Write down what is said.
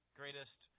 greatest